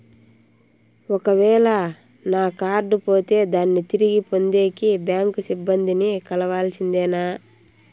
ఒక వేల నా కార్డు పోతే దాన్ని తిరిగి పొందేకి, బ్యాంకు సిబ్బంది ని కలవాల్సిందేనా?